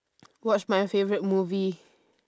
watch my favourite movie